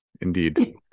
indeed